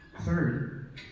Third